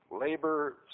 Labor